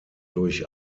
durch